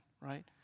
right